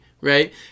right